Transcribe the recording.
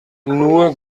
nur